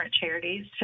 charities